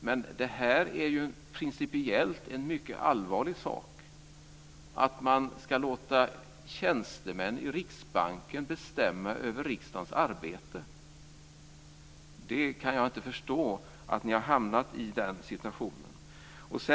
Men det är ju principiellt en mycket allvarlig sak att man ska låta tjänstemän i Riksbanken bestämma över riksdagens arbete. Jag kan inte förstå att ni har hamnat i den här situationen.